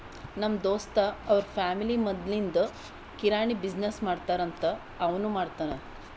ನಮ್ ದೋಸ್ತ್ ಅವ್ರ ಫ್ಯಾಮಿಲಿ ಮದ್ಲಿಂದ್ ಕಿರಾಣಿ ಬಿಸಿನ್ನೆಸ್ ಮಾಡ್ತಾರ್ ಅಂತ್ ಅವನೂ ಮಾಡ್ತಾನ್